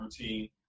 routine